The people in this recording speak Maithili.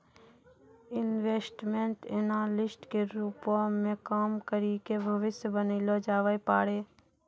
इन्वेस्टमेंट एनालिस्ट के रूपो मे काम करि के भविष्य बनैलो जाबै पाड़ै